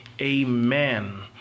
amen